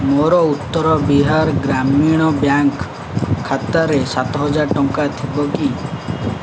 ମୋର ଉତ୍ତର ବିହାର ଗ୍ରାମୀଣ ବ୍ୟାଙ୍କ୍ ଖାତାରେ ସାତହଜାର ଟଙ୍କା ଥିବ କି